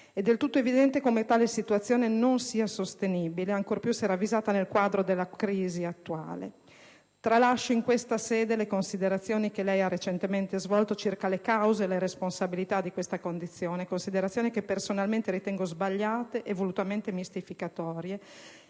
È del tutto evidente come tale situazione non sia sostenibile, ancora più se ravvisata nel quadro della crisi attuale. Tralascio, in questa sede, le considerazioni che lei ha recentemente svolto circa le cause e le responsabilità di questa condizione, che personalmente ritengo sbagliate e volutamente mistificatorie.